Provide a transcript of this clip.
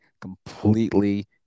completely